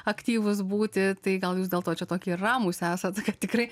aktyvūs būti tai gal jūs dėl to čia tokie ir ramūs esat kad tikrai